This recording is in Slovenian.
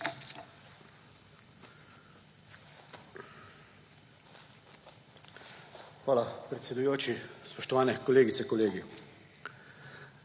Hvala, predsedujoči. Spoštovani kolegice, kolegi!